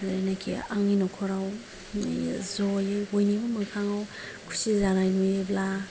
जायनाकि आंनि न'खराव ज'यैबो बयनिबो मोखाङाव खुसि जानाय नुयोब्ला